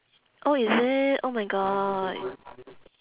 oh is it oh my god